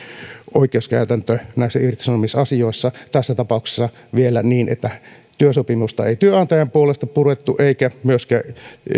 oikeuskäytäntö näissä irtisanomisasioissa tässä tapauksessa vielä niin että työsopimusta ei työnantajan puolesta purettu eikä myöskään